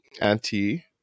anti